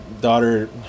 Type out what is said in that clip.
daughter